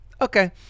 okay